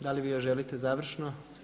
Da li vi još želite završno?